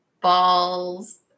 Balls